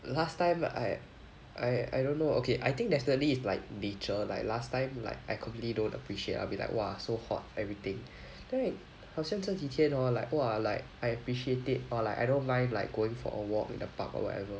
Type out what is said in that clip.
last time I I I don't know okay I think definitely it's like nature like last time like I completely don't appreciate I'll be like !wah! so hot everything then 好像这几天 hor like !wah! like I appreciate it or like I don't mind like going for a walk in the park or whatever